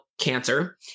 cancer